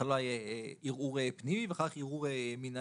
בהתחלה ערעור פנימי ואחר כך ערעור מינהלי.